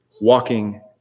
walking